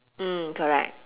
mm correct